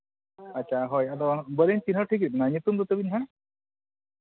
ᱟᱪᱪᱷᱟ ᱦᱳᱭ ᱟᱫᱚ ᱵᱟᱹᱞᱤᱧ ᱪᱤᱱᱦᱟᱹᱣ ᱴᱷᱤᱠᱮᱫ ᱵᱮᱱᱟ ᱧᱩᱛᱩᱢ ᱛᱟᱵᱮᱱ ᱦᱮᱸ